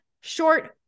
short